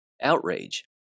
Outrage